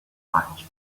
much